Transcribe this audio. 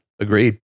agreed